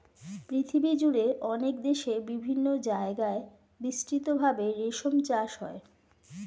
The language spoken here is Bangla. পৃথিবীজুড়ে অনেক দেশে বিভিন্ন জায়গায় বিস্তৃত ভাবে রেশম চাষ হয়